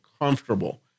comfortable